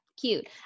Cute